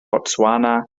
botswana